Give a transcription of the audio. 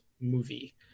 movie